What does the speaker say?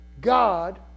God